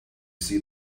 see